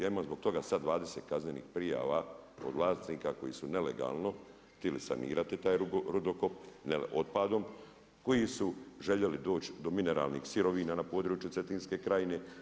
Ja imam zbog toga sad 20 kaznenih prijava od vlasnika koji su nelegalno htili sanirati taj rudokop otpadom, koji su željeli doći do mineralnih sirovina na području Cetinske krajine.